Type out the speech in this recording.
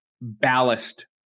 ballast